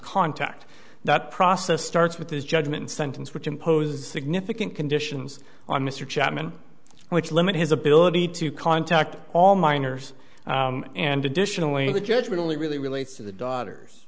contact that process starts with his judgment sentence which imposes significant conditions on mr chapman which limit his ability to contact all minors and additionally to the judgment only really relates to the daughters